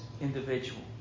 individual